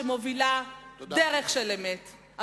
שמובילה דרך של אמת.